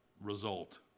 result